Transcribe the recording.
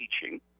teaching